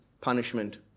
punishment